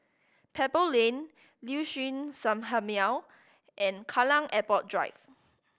Pebble Lane Liuxun Sanhemiao and Kallang Airport Drive